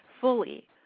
fully